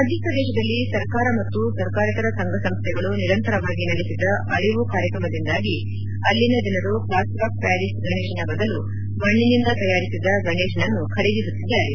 ಮಧ್ಯಪ್ರದೇಶದಲ್ಲಿ ಸರ್ಕಾರ ಮತ್ತು ಸರ್ಕಾರೇತರ ಸಂಘ ಸಂಸ್ಥೆಗಳು ನಿರಂತರವಾಗಿ ನಡೆಸಿದ ಅರಿವು ಕಾರ್ಯಕ್ರಮದಿಂದಾಗಿ ಅಲ್ಲಿನ ಜನರು ಪ್ಲಾಸ್ಟರ್ ಆಫ್ ಪಾರಿಸ್ ಗಣೇಶನ ಬದಲು ಮಣ್ಣಿನಿಂದ ತಯಾರಿಸಿದ ಗಣೇಶನನ್ನು ಖರೀದಿಸುತ್ತಿದ್ದಾರೆ